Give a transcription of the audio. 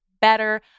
better